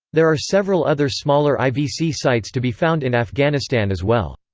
there are several other smaller ivc sites to be found in afghanistan as well.